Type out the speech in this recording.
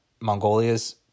Mongolia's